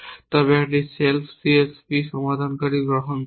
তবে একটি self CSP সমাধানকারী গ্রহণ করুন